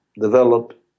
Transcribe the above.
develop